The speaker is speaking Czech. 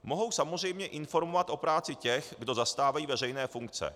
Mohou samozřejmě informovat o práci těch, kdo zastávají veřejné funkce.